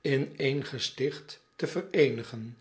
in één gesticht te vereenigen